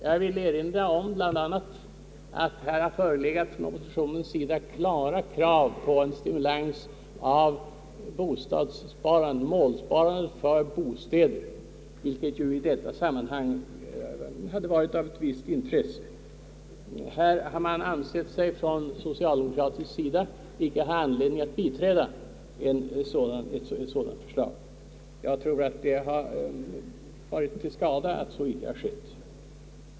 Jag vill erinra om att det bl.a. här från oppositionen förelegat klara krav på en stimulering av målsparandet för bostäder, vilket ju i detta sammanhang hade varit av ett visst intresse. Socialdemokraterna har inte ansett sig ha anledning att biträda ett sådant förslag. Jag tror att det har varit till skada att så inte har skett.